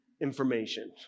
information